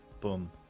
Boom